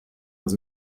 was